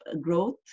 growth